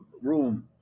room